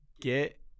Get